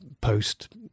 post